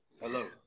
Hello